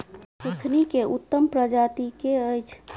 सुथनी केँ उत्तम प्रजाति केँ अछि?